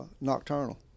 nocturnal